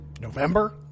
November